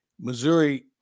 Missouri